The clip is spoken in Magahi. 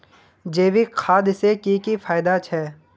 जैविक खाद से की की फायदा छे?